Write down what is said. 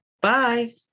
Bye